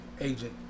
agent